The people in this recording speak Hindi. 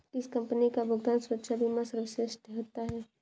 किस कंपनी का भुगतान सुरक्षा बीमा सर्वश्रेष्ठ होता है?